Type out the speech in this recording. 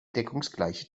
deckungsgleiche